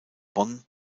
bonn